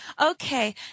Okay